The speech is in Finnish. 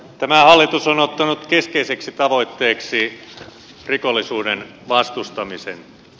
tämä hallitus on ottanut keskeiseksi tavoitteeksi rikollisuuden vastustamisen